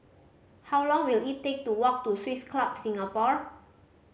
how long will it take to walk to Swiss Club Singapore